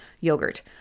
yogurt